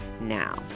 now